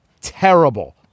terrible